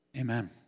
Amen